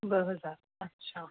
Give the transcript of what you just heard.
ॿ हज़ार अछा